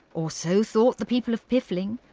or so thought the people of piffling.